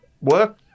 work